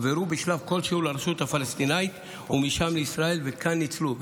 הן הועברו בשלב כלשהו לרשות הפלסטינית ומשם לישראל וכאן ניצלו.